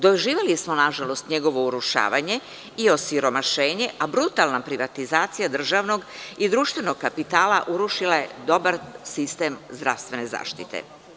Doživeli smo nažalost njegovo urušavanje i osiromašenje, a brutalna privatizacija državnog i društvenog kapitala urušila je dobar sistem zdravstvene zaštite.